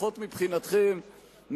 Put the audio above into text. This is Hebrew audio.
לפחות מבחינתכם,